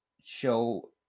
show